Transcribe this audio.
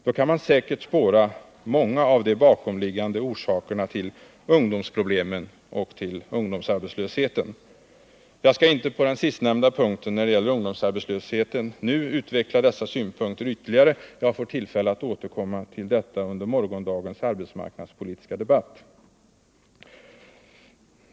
Då kan man säkert spåra många av de bakomliggande orsakerna till ungdomsproblemen och ungdomsarbeuislösheten. Jag skall inte när det gäller ungdomsarbetslösheten nu utveckla dessa synpunkter ytterli gare. Jag får tillfälle att återkomma till detta under morgondagens arbetsmarknadspolitiska debatt.